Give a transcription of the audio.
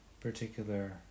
particular